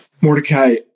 Mordecai